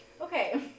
Okay